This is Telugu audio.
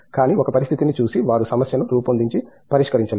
కానీ ఒక పరిస్థితిని చూసి వారు సమస్యను రూపొందించి పరిష్కరించలేరు